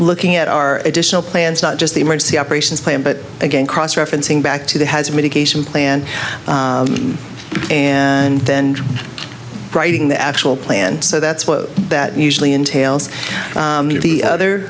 looking at our additional plans not just the emergency operations plan but again cross referencing back to the has medication plan and then writing the actual plan so that's what that usually entails the other